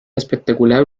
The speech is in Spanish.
espectacular